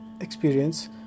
experience